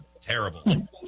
Terrible